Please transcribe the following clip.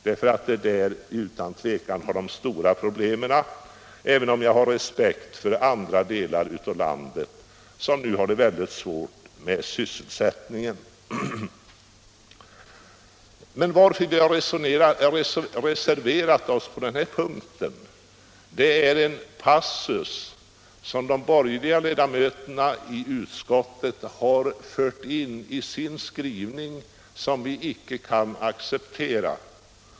Jag anser nämligen att det utan tvivel är där som man har de stora problemen, även om jag har respekt för de problem som finns också i andra delar av landet, där man nu har stora svårigheter med sysselsättningen. Anledningen till att vi reserverat oss på denna punkt är en passus som de borgerliga ledamöterna i utskottet har fört in i sin skrivning och som vi icke kan acceptera.